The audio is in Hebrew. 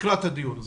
לקראת הדיון.